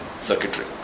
circuitry